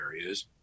areas